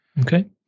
Okay